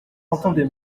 entendait